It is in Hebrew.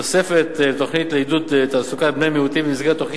תוספת לתוכניות לעידוד תעסוקת בני מיעוטים במסגרת תוכנית